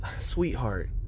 Sweetheart